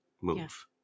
move